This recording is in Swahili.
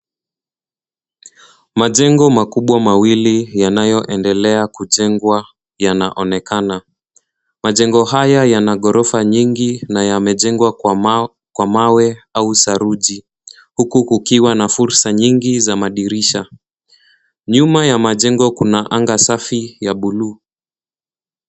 Majengo makubwa mawili yanayoendelea kujengwa yanaonekana. Majengo haya yana ghorofa nyingi na yamejengwa kwa mawe au saruji huku kukiwa na fursa nyingi za madirisha. Nyuma ya majengo kuna anga safi ya buluu.